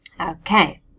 Okay